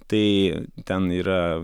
tai ten yra